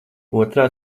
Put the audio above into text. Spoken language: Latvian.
otrā